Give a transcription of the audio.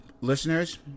listeners